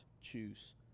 choose